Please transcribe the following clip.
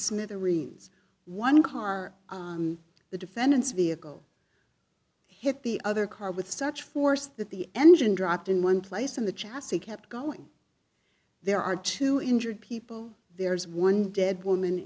smithereens one car the defendant's vehicle hit the other car with such force that the engine dropped in one place and the chassis kept going there are two injured people there's one dead woman